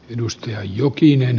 arvoisa puhemies